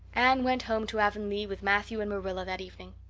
anne went home to avonlea with matthew and marilla that evening.